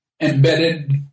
embedded